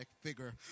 figure